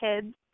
kids